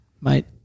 Mate